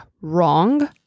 wrong